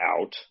out